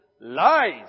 Lies